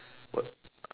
what